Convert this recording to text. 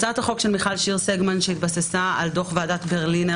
הצעת החוק של מיכל שיר סגמן שהתבססה על דוח ועדת ברלינר